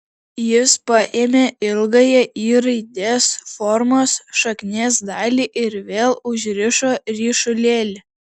jis paėmė ilgąją y raidės formos šaknies dalį ir vėl užrišo ryšulėlį